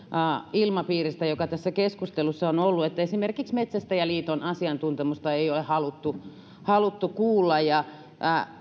ilmapiiristä joka tässä keskustelussa on on ollut että esimerkiksi metsästäjäliiton asiantuntemusta ei ole haluttu haluttu kuulla